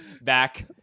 back